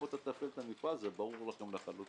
זה ברור לכם לחלוטין.